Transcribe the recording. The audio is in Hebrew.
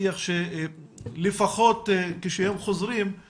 לתכלל את זה יחד אתכם ולראות שאנחנו לא משאירים אנשים